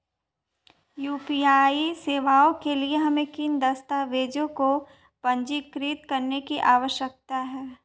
UPI सेवाओं के लिए हमें किन दस्तावेज़ों को पंजीकृत करने की आवश्यकता है?